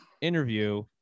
interview